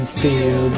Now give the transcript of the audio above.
feel